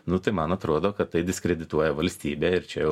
nu tai man atrodo kad tai diskredituoja valstybę ir čia jau